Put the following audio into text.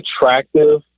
attractive